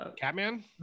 catman